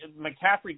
McCaffrey